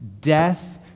death